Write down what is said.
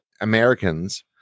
Americans